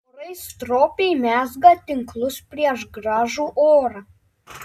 vorai stropiai mezga tinklus prieš gražų orą